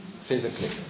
physically